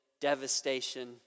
devastation